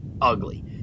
ugly